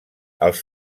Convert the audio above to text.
els